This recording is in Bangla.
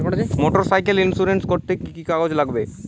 মোটরসাইকেল ইন্সুরেন্স করতে কি কি কাগজ লাগবে?